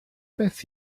beth